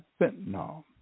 fentanyl